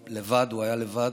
הוא היה שם לבד.